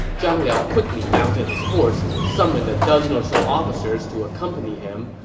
zhang liao quickly mounted his horse, summoned a dozen or so officers to accompany him,